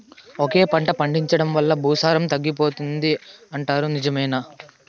ఒకే పంట పండించడం వల్ల భూసారం తగ్గిపోతుంది పోతుంది అంటారు నిజమేనా